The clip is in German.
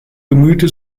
bemühte